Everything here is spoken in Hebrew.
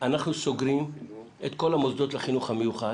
אנחנו סוגרים את כל המוסדות לחינוך המיוחד,